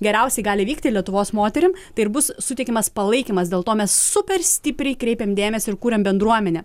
geriausiai gali vykti lietuvos moterim tai ir bus suteikiamas palaikymas dėl to mes super stipriai kreipiam dėmesį ir kuriam bendruomenę